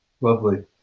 Lovely